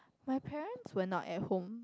my parents were not at home